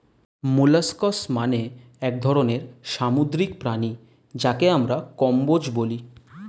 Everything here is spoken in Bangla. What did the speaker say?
মোলাস্কস মানে এক ধরনের সামুদ্রিক প্রাণী যাকে আমরা কম্বোজ বলি